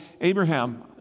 Abraham